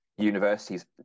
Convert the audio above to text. universities